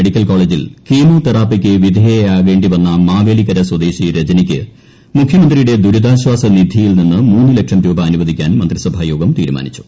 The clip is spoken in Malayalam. മെഡിക്കൽ കോളേജിൽ കീമോതെറാപ്പിക്ക് വിധേയയാകേണ്ടി വന്ന മാവേലിക്കര സ്വദേശി രജനിക്ക് മുഖ്യമന്ത്രിയുടെ ദുരിതാശ്വാസ നിധിയിൽ നിന്ന് മൂന്നു ലക്ഷം രൂപ അനുവദിക്കാൻ മന്ത്രിസഭായോഗം തീരുമാനിച്ചു